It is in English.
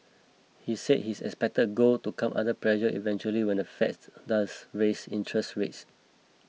he said his expected gold to come under pressure eventually when the Fed's does raise interest rates